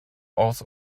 aus